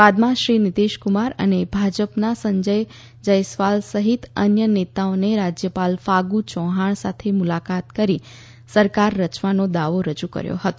બાદમાં શ્રી નિતીશકુમાર અને ભાજપા બિહારના અધ્યક્ષ સંજય જયસ્વાલ સહિત અન્ય નેતાઓએ રાજ્યપાલ ફાગુ ચૌહાણ સાથે મુલાકાત કરી સરકાર રચવાનો દાવો રજૂ કર્યો હતો